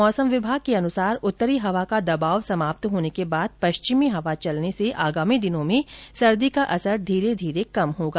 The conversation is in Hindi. मौसम विभाग के मुताबिक उत्तरी हवा का दबाव समाप्त होने के बाद पश्चिमी हवा चलने से आगामी दिनों में सर्दी का असर धीरे धीरे कम होगा